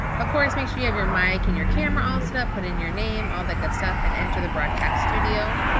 of course, make sure you have your mic and your camera all set up, put in your name, all that good stuff and enter the broadcast studio.